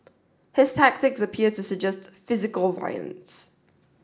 his tactics appear to suggest physical violence